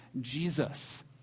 Jesus